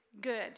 good